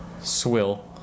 swill